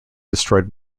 destroyed